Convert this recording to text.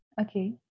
Okay